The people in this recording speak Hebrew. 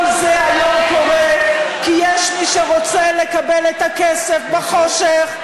כל זה היום קורה כי יש מי שרוצה לקבל את הכסף בחושך,